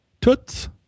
Toots